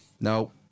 no